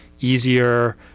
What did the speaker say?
easier